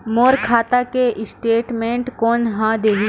मोर खाता के स्टेटमेंट कोन ह देही?